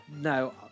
no